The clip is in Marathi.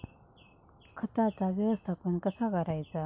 खताचा व्यवस्थापन कसा करायचा?